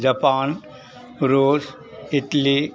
Japan Russia Italy